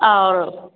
और